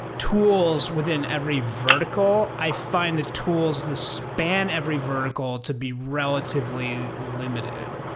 tools within every vertical. i find the tools, the span every vertical to be relatively limited,